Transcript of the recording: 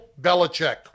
Belichick